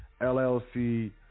LLC